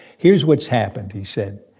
here's what's happened, he said.